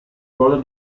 cosa